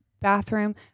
bathroom